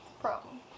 Problem